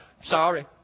sorry